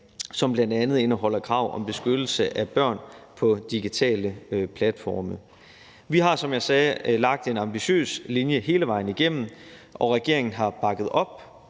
som bl.a. indeholder krav om beskyttelse af børn på digitale platforme. Vi har, som jeg sagde, lagt en ambitiøs linje hele vejen igennem, og regeringen har bakket op